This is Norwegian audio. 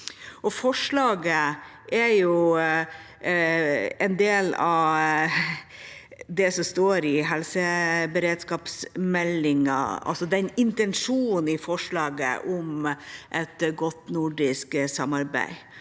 Forslaget er en del av det som står i helseberedskapsmeldinga, altså intensjonen i forslaget om et godt nordisk samarbeid.